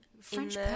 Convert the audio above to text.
French